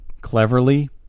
cleverly